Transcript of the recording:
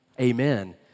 Amen